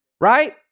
right